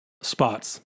spots